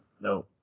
No